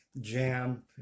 jam